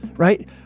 right